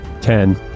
Ten